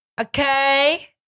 Okay